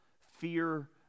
Fear